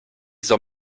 soll